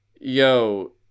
yo